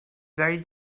very